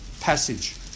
passage